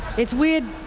it's weird,